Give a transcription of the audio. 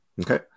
Okay